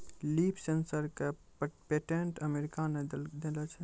Leaf sensor क patent America ने देलें छै?